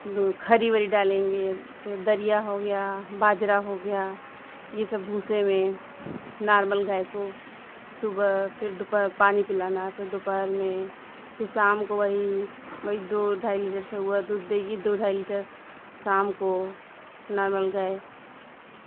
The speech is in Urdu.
کھری وری ڈالیں گے جیسے دریا ہو گیا باجرا ہو گیا یہ سب بھوسے میں نارمل گائے کو صبح پھر دوپہر پانی پلانا پھر دوپہر میں پھر شام کو وہی وہی دو ڈھائی لیٹر صبح دودھ دے گی دو ڈھائی لیٹر شام کو نارمل گائے